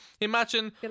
Imagine